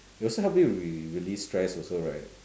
it also help you re~ relieve stress also right